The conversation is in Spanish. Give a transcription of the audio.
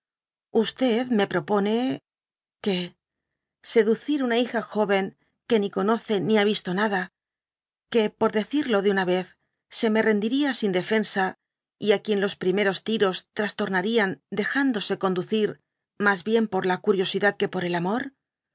me propone que seducir una hija jóyen que ni conoce ni ha ybto nada que por decirlo de una vez se me rendiría sin df fensa y á quien los primeros tiros trastornarían dejándose conducir mas bien por la ooriosidad que por el amor